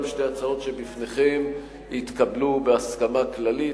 גם שתי ההצעות שבפניכם התקבלו בהסכמה כללית,